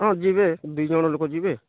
ହଁ ଯିବେ ଦୁଇଜଣ ଲୋକ ଯିବେ